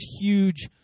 huge